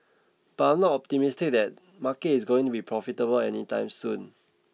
but I'm not optimistic that market is going to be profitable any time soon